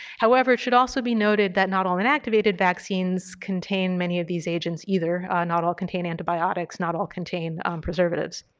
however, it should also be noted that not all inactivated vaccines contain many of these agents either, not all contain antibiotics, not all contain preservatives.